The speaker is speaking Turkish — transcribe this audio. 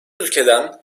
ülkeden